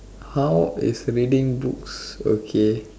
how is reading books okay